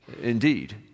indeed